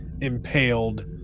impaled